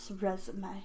resume